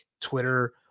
Twitter